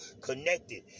connected